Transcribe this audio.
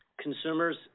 Consumers